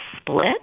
split